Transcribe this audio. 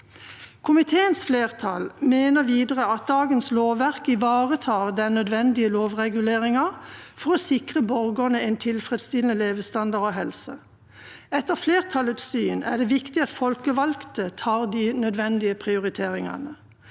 Komiteens flertall mener videre at dagens lovverk ivaretar den nødvendige lovreguleringen for å sikre borgerne en tilfredsstillende levestandard og helse. Etter flertallets syn er det viktig at folkevalgte tar de nødvendige prioriteringene.